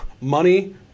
Money